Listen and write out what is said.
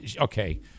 okay